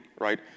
right